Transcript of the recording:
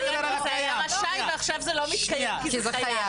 קודם זה לא התקיים כי זה היה "רשאי" ועכשיו זה לא מתקיים כי זה "חייב".